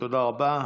תודה רבה.